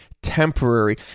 temporary